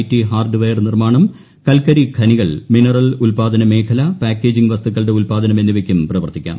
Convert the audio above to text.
T hardware നിർമ്മാണം കൽക്കരി ഖനികൾ മിനറൽ ഉൽപ്പാദന മേഖല പാക്കേജിംഗ് വസ്തുക്കളുടെ ഉൽപാദനം എന്നിവയ്ക്കും പ്രവർത്തിക്കാം